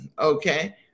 okay